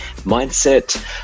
mindset